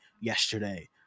yesterday